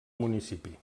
municipi